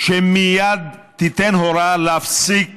מייד תיתן הוראה להפסיק